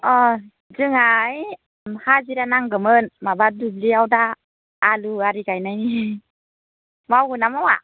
अ' जोंहा है हाजिरा नांगौमोन माबा दुब्लियाव दा आलु आरि गायनायनि मावगोन ना मावा